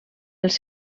els